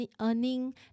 earning